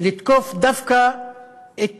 לתקוף דווקא את